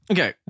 Okay